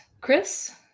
Chris